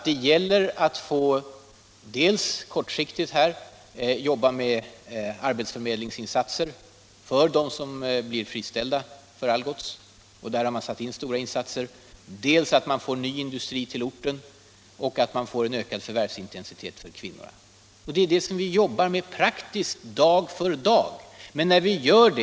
Det gäller dels att kortsiktigt jobba med arbetsförmedlingsinsatser för dem som blir friställda vid Algots — och här har man gjort stora insatser — dels att skaffa ny industri till orten, dels att öka förvärvsintensiteten för kvinnorna. Arbetsmarknadspolitiken ÅArbetsmarknads politiken 100 Det är ju detta vi arbetar med praktiskt dag för dag.